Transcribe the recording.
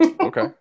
Okay